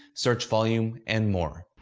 search volume, and more.